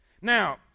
Now